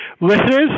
listeners